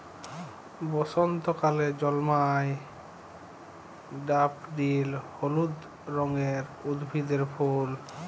বসন্তকালে জল্ময় ড্যাফডিল হলুদ রঙের উদ্ভিদের ফুল